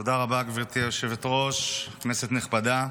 תודה רבה, גברתי היושבת-ראש, כנסת נכבדה.